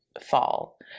fall